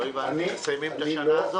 לעיתים בלחץ פיזי לא כל כך מתון על המשרדים.